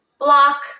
Block